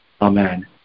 Amen